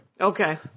Okay